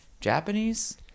Japanese